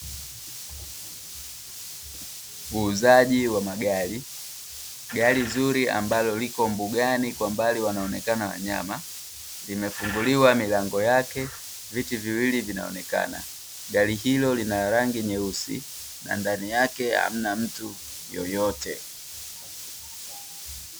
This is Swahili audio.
Uuzaji wa magari, gari zuri ambalo lipo mbugani kwa mbali wanaonekana wanyama limefunguliwa milango yake viti viwili vinaonekana, gari hilo lina rangi nyeusi na ndani yake hamna mtu yeyote.